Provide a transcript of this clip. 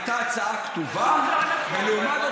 הייתה הצעה כתובה, פשוט לא נכון.